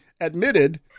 admitted